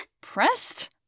Pressed